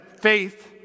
faith